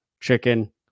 chicken